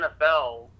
NFL